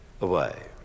away